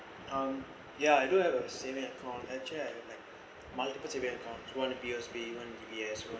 um ya I do have a saving account actually I like multiple saving accounts one is P_O_S_B one D_B_S